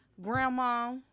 grandma